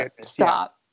stop